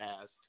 asked